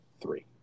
three